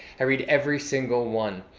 i read every single one.